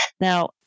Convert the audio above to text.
Now